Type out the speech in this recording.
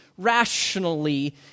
rationally